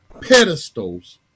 pedestals